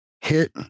hit